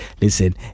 listen